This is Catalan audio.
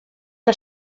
que